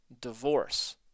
divorce